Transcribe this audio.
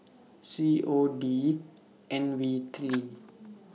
C O D N V three